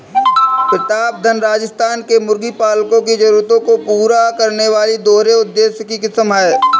प्रतापधन राजस्थान के मुर्गी पालकों की जरूरतों को पूरा करने वाली दोहरे उद्देश्य की किस्म है